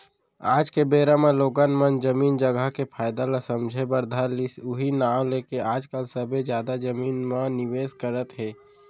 आज के बेरा म लोगन मन जमीन जघा के फायदा ल समझे बर धर लिस उहीं नांव लेके आजकल सबले जादा जमीन म निवेस करत हे